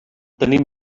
tenim